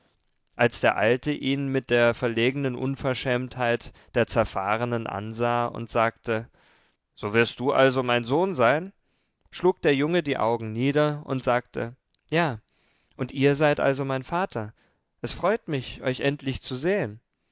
als der alte ihn mit der verlegenen unverschämtheit der zerfahrenen ansah und sagte so wirst du also mein sohn sein schlug der junge die augen nieder und sagte ja und ihr seid also mein vater es freut mich euch endlich zu sehen